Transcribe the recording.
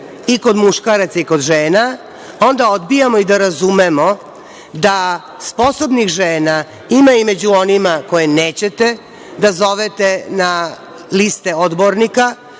i kod muškaraca i kod žena, onda dobijamo i da razumemo da sposobnih žena ima i među onima koje nećete da zovete na liste odbornika,